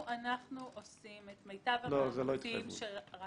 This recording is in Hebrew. אנחנו עושים את מירב המאמצים -- לא,